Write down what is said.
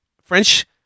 French